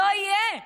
לא יהיה.